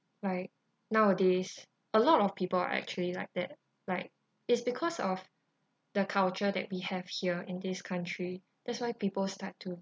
like nowadays a lot of people are actually like that like is because of the culture that we have here in this country that's why people start to